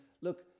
look